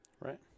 Right